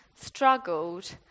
struggled